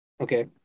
Okay